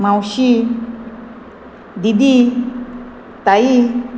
मावशी दिदी ताई